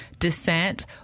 Descent